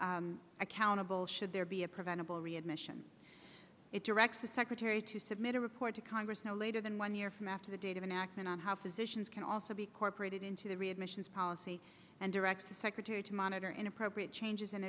are accountable should there be a preventable readmission it directs the secretary to submit a report to congress no later than one year from after the date of an accent on how physicians can also be corporate it into the re admissions policy and direct the secretary to monitor inappropriate changes in